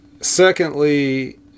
secondly